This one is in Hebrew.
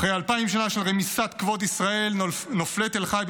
אחרי אלפיים שנה של רמיסת כבוד ישראל נופלי תל חי,